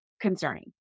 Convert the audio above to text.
concerning